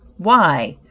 why,